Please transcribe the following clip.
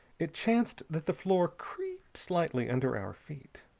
it chanced that the floor creaked slightly under our feet.